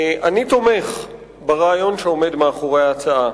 אני תומך ברעיון שעומד מאחורי ההצעה.